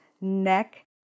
neck